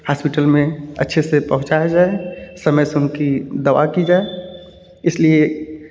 हॉस्पिटलों में अच्छे से पहुँचाया जाए समय से उनकी दवा की जाए इसलिए